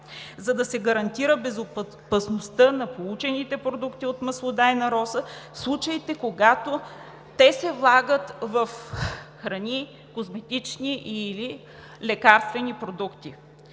за да се гарантира безопасността на получените продукти от маслодайна роза в случаите, когато те се влагат в храни, козметични или лекарствени продукти.